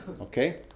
Okay